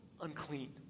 unclean